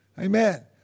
Amen